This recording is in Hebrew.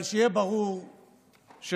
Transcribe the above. אבל שיהיה ברור שמבחינתנו,